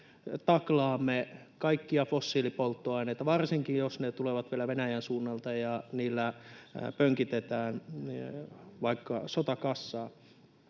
taklaamme kaikkia fossiilipolttoaineita, varsinkin jos ne tulevat vielä Venäjän suunnalta ja niillä pönkitetään vaikka sotakassaa.